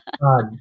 God